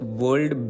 world